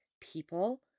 people